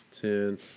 Ten